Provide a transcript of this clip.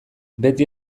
beti